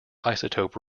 isotope